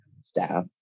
staff